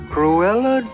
Cruella